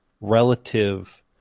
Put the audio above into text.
relative